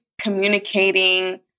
communicating